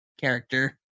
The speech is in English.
character